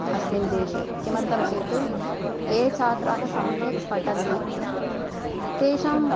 अस्मिन् देशे किमर्थं चेत् ये छात्राः सम्यक् पठन्ति तेषाम्